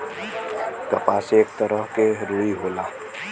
कपास एक तरह के रुई होला